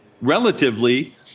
relatively